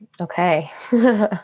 Okay